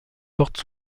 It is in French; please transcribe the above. porte